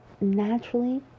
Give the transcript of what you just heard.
naturally